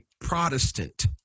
Protestant